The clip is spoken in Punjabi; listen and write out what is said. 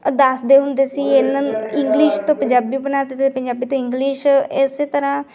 ਦੱਸਦੇ ਹੁੰਦੇ ਸੀ ਇਹਨਾਂ ਇੰਗਲਿਸ਼ ਤੋਂ ਪੰਜਾਬੀ ਬਣਾ ਤੀ ਅਤੇ ਪੰਜਾਬੀ ਤੋਂ ਇੰਗਲਿਸ਼ ਇਸੇ ਤਰ੍ਹਾਂ